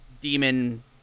Demon